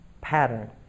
pattern